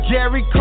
Jerry